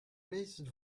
raised